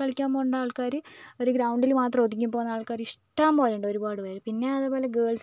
കളിക്കാന് പോവേണ്ട ആള്ക്കാആർ ഒരു ഗ്രൗൻഡിൽ മാത്രം ഒതുങ്ങി പോവുന്ന ആള്ക്കാർ ഇഷ്ടംപോലെ ഉണ്ട് ഒരുപാട് പേർ പിന്നെ അതേപോലെ ഗേള്സ്